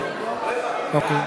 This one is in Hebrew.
ההצבעה